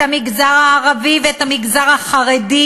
את המגזר הערבי ואת המגזר החרדי,